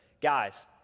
Guys